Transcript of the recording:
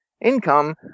income